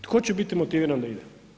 Tko će biti motiviran da ide?